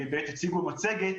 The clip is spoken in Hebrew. שהציגו במצגת